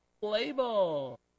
label